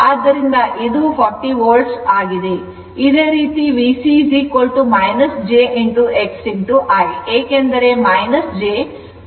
ಇದೇ ರೀತಿ VC j X I ಏಕೆಂದರೆ j ಕೋನ 90 o ಆಗಿರುತ್ತದೆ